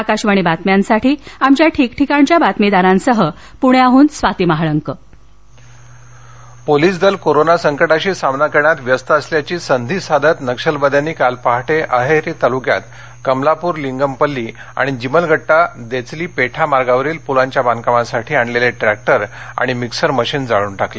आकाशवाणीच्याबातम्यांसठीआमच्याठिकठिकाणच्यावार्ताहरांसह स्वातीमहाळंक पुणे नक्षल पोलीसदल कोरोना संकटाशी सामना करण्यात व्यस्त असल्याची संधी साधत नक्षलवाद्यांनी काल पहाटे अहेरी तालुक्यात कमलापूर लिंगमपल्ली आणि जिमलगट्टा देचलीपेठा मार्गावरील पूलांच्या बांधकामासाठी आणलेले ट्रॅक्टर आणि मिक्सर मशिन जाळून टाकले